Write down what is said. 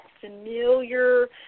familiar